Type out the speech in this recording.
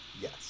Yes